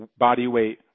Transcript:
bodyweight